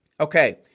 Okay